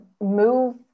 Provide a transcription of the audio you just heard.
move